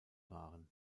waren